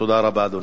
תודה רבה, אדוני.